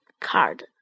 card